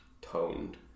toned